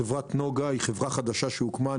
חברת נגה היא חברה חדשה שהוקמה,